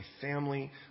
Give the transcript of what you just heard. family